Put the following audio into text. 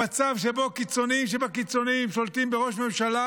המצב שבו קיצוניים שבקיצוניים שולטים בראש ממשלה